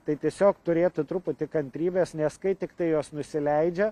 tai tiesiog turėtų truputį kantrybės nes kai tiktai jos nusileidžia